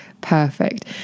perfect